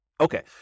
Okay